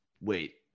wait